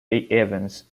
evans